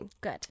Good